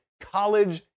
college